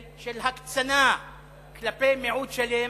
של הקצנה כלפי מיעוט שלם,